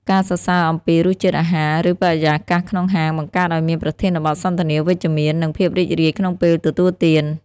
ការសរសើរអំពីរសជាតិអាហារ ឬបរិយាកាសក្នុងហាង បង្កើតឱ្យមានប្រធានបទសន្ទនាវិជ្ជមាន និងភាពរីករាយក្នុងពេលទទួលទាន។